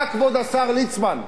אתה, כבוד השר ליצמן,